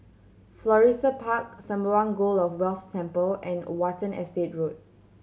Florissa Park Sembawang God of Wealth Temple and Watten Estate Road